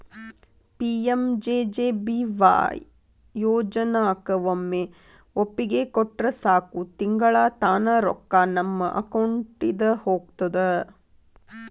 PMJJBY ಯೋಜನಾಕ ಒಮ್ಮೆ ಒಪ್ಪಿಗೆ ಕೊಟ್ರ ಸಾಕು ತಿಂಗಳಾ ತಾನ ರೊಕ್ಕಾ ನಮ್ಮ ಅಕೌಂಟಿದ ಹೋಗ್ತದ